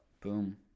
Boom